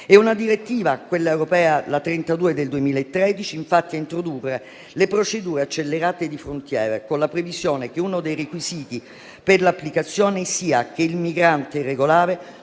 È una direttiva europea (la n. 32 del 26 giugno 2013), infatti, a introdurre le procedure accelerate di frontiera, con la previsione che uno dei requisiti per l'applicazione sia che il migrante irregolare